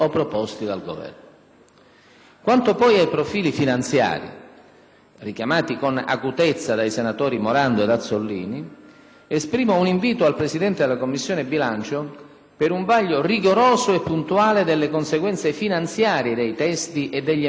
Quanto poi ai profili finanziari - richiamati con acutezza dai senatori Morando ed Azzollini - esprimo un invito al Presidente della Commissione bilancio per un vaglio rigoroso e puntuale delle conseguenze finanziarie dei testi e degli emendamenti in discussione,